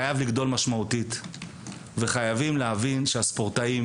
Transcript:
חייב לגדול באופן משמעותי וחייבים להבין שהספורטאים